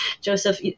Joseph